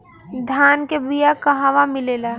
धान के बिया कहवा मिलेला?